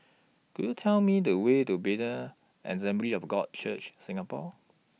Could YOU Tell Me The Way to Bethel Assembly of God Church Singapore